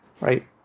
Right